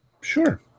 Sure